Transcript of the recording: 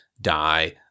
die